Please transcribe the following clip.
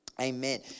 Amen